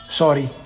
sorry